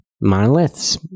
monoliths